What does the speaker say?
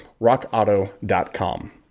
Rockauto.com